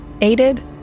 aided